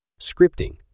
Scripting